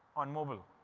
on mobile?